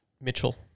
Mitchell